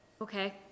Okay